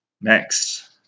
next